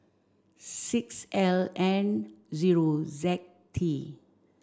six L N zero Z T